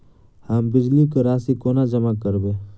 हम बिजली कऽ राशि कोना जमा करबै?